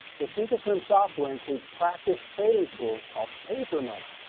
the thinkorswim software includes practice trading tools called paper money.